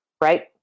Right